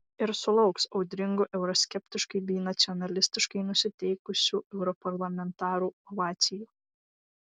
ir sulauks audringų euroskeptiškai bei nacionalistiškai nusiteikusių europarlamentarų ovacijų